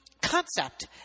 concept